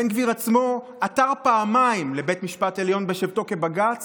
בן גביר עצמו עתר פעמיים לבית משפט העליון בשבתו כבג”ץ